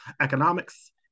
economics